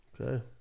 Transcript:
okay